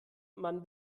man